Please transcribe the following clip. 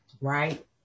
right